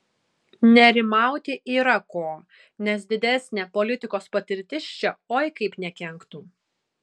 nerimauti yra ko nes didesnė politikos patirtis čia oi kaip nekenktų